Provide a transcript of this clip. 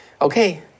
Okay